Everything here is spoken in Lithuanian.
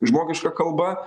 žmogiška kalba